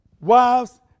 wives